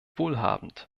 wohlhabend